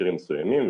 מכשירים מסוימים,